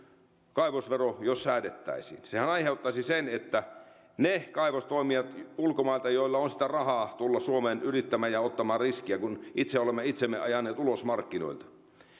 kaivosvero säädettäisiin sehän aiheuttaisi sen että ne kaivostoimijat ulkomailta joilla on sitä rahaa tulla suomeen yrittämään ja ottamaan riskejä kun itse olemme itsemme ajaneet ulos markkinoilta